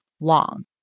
long